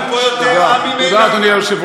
אנחנו פה יותר עם, תודה, אדוני היושב-ראש.